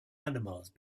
animals